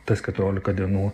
tas keturiolika dienų